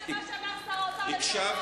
תתייחס למה שאמר שר האוצר לשעבר.